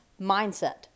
mindset